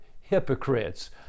hypocrites